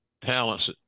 talents